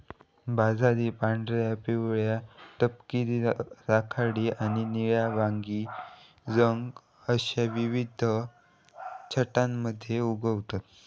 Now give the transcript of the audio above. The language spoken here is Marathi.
बाजरी पांढऱ्या, पिवळ्या, तपकिरी, राखाडी आणि निळ्या वांगी रंग अश्या विविध छटांमध्ये उगवतत